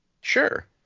Sure